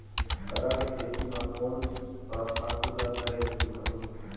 साग के खेती म कोन स खातु ल करेले सुघ्घर होही?